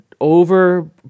over